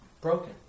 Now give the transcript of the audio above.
Broken